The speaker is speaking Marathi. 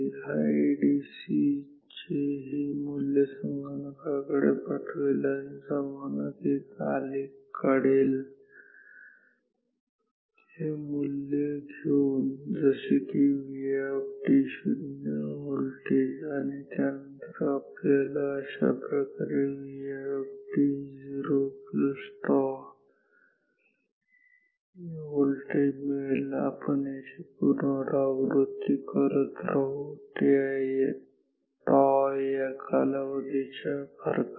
हा एडीसी हे मूल्य संगणकाकडे पाठवेल आणि संगणक एक आलेख काढेल हे मूल्य घेऊन जसे की Vi व्होल्टेज त्यानंतर आपल्याला अशाप्रकारे Vit0τ व्होल्टेज मिळेल आणि आपण याची पुनरावृत्ती करत राहू τ या कालावधीच्या फरकाने